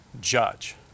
judge